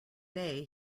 day